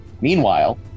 Meanwhile